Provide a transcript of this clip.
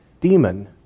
demon